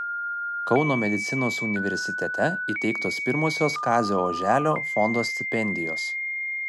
kauno medicinos universitete įteiktos pirmosios kazio oželio fondo stipendijos